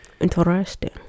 Interesting